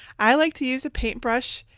i like to use a paint brush,